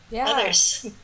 others